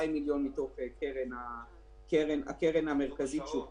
כן, כן, הקרן להלוואות בערבות מדינה.